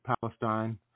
Palestine